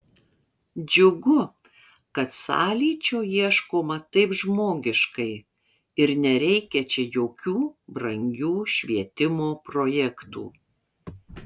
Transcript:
džiugu kad sąlyčio ieškoma taip žmogiškai ir nereikia čia jokių brangių švietimo projektų